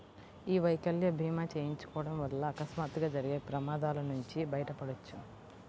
యీ వైకల్య భీమా చేయించుకోడం వల్ల అకస్మాత్తుగా జరిగే ప్రమాదాల నుంచి బయటపడొచ్చు